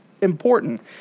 important